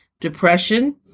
depression